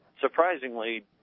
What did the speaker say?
surprisingly